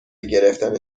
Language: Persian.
گرفتن